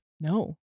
No